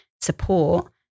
support